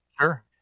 sure